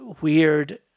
weird